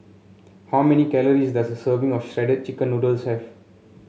how many calories does a serving of Shredded Chicken Noodles have